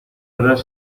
verdad